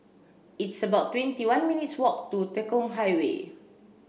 it's about twenty one minutes' walk to Tekong Highway